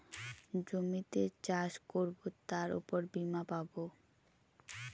জমিতে চাষ করবো তার উপর বীমা পাবো